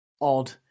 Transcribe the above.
odd